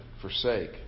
forsake